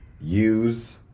Use